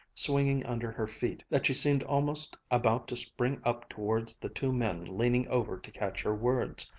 swinging under her feet, that she seemed almost about to spring up towards the two men leaning over to catch her words.